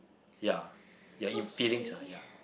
ya your in feelings ah ya